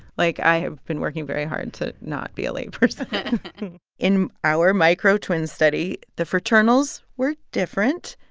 like, i have been working very hard to not be a late person in our micro twin study, the fraternals were different,